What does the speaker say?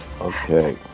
Okay